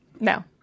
No